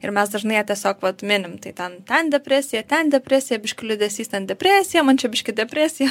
ir mes dažnai ją tiesiog vat minim tai ten ten depresija ten depresija biškį liūdesys ten depresija man čia biškį depresija